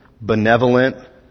benevolent